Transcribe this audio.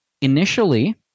Initially